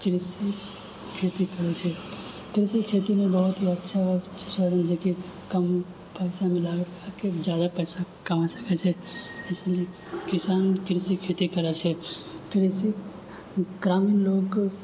कृषि खेती करै छै कृषि खेतीमे बहुत ही अच्छा छै जेकि कम पइसा भी लगाके ज्यादा पइसा कमा सकै छै इसीलिए किसान कृषि खेती करै छै कृषि ग्रामीण लोक